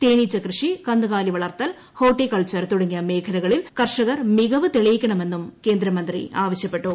തേനീച്ച കൃഷി കന്നുകാലി വളർത്തൽ ഹോർട്ടികൾച്ച്ർ തുടങ്ങിയ മേഖലകളിൽ കർഷകർ മികവ് തെളിയിക്കണമെന്നും കേന്ദ്രമന്ത്രി പറഞ്ഞു